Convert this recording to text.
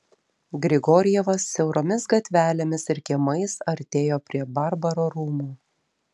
grigorjevas siauromis gatvelėmis ir kiemais artėjo prie barbaro rūmų